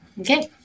Okay